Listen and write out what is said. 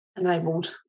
enabled